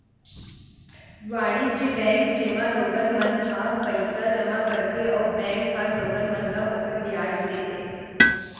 वाणिज्य बेंक, जेमा लोगन मन ह पईसा जमा करथे अउ बेंक ह लोगन मन ल ओखर बियाज देथे